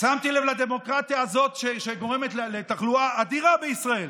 שמתי לב לדמוקרטיה הזאת שגורמת לתחלואה אדירה בישראל.